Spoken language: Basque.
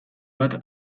bat